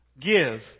Give